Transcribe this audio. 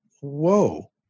whoa